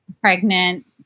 Pregnant